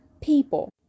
people